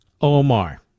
Omar